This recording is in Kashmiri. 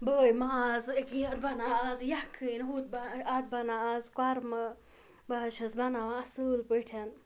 بٲے ماز أکی یَتھ بَنان آز یَکھٕنۍ ہُتھ با اَتھ بَناو آز کۄرمہٕ بہٕ حظ چھَس بَناوان اَصۭل پٲٹھۍ